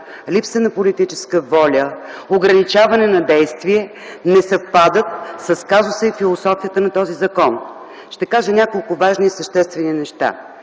„липса на политическа воля”, „ограничаване на действие” не съвпадат с казуса и философията на този закон. Ще кажа няколко важни и съществени неща.